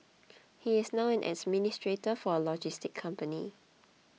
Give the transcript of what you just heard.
he is now an administrator for a logistics company